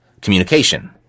communication